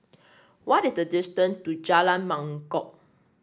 what is the distance to Jalan Mangkok